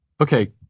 Okay